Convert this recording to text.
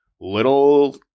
little